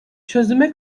çözüme